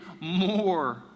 more